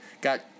got